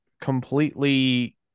completely